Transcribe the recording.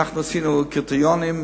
קבענו קריטריונים,